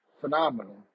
Phenomenal